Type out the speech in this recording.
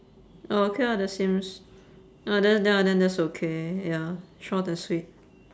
oh okay lah that seems oh then ya then that's okay ya short and sweet